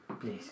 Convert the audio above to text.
Please